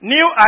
New